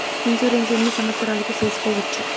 Insurance ఎన్ని సంవత్సరాలకు సేసుకోవచ్చు?